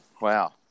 Wow